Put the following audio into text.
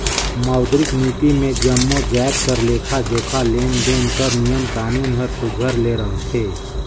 मौद्रिक नीति मे जम्मो जाएत कर लेखा जोखा, लेन देन कर नियम कानून हर सुग्घर ले रहथे